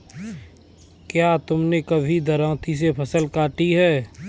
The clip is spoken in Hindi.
क्या तुमने कभी दरांती से फसल काटी है?